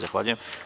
Zahvaljujem.